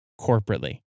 corporately